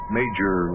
major